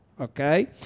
Okay